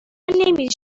نمی